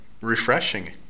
Refreshing